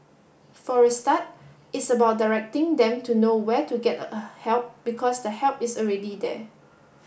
for a start it's about directing them to know where to get help because the help is already there